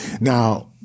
Now